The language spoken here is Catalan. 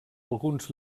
alguns